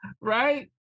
right